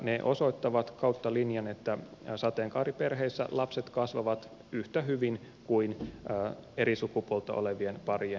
ne osoittavat kautta linjan että sateenkaariperheissä lapset kasvavat yhtä hyvin kuin eri sukupuolta olevien parien perheissä